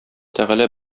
тәгалә